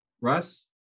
Russ